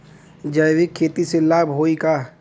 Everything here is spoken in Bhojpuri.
जैविक खेती से लाभ होई का?